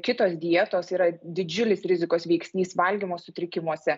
kitos dietos yra didžiulis rizikos veiksnys valgymo sutrikimuose